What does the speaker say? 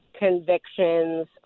Convictions